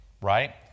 Right